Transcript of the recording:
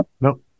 no